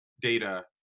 data